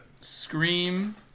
Scream